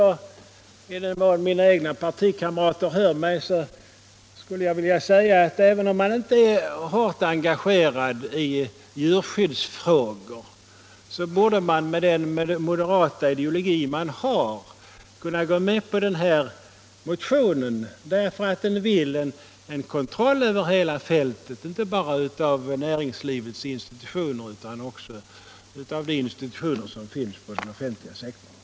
I den mån mina egna partikamrater hör mig vill jag säga att de, även om de inte är hårt engagerade i djurskyddsfrågor, med den moderata ideologi vi har borde kunna tillstyrka den här motionen, därför att den syftar till en kontroll över hela fältet, inte bara av näringslivets institutioner utan också de institutioner som finns på den offentliga sektorn.